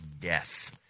death